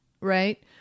right